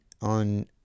on